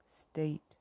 state